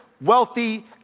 wealthy